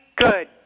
good